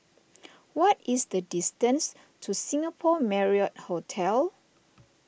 what is the distance to Singapore Marriott Hotel